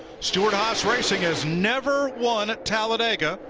stewart haws racing has never won at talladega,